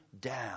down